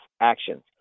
actions